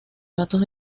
datos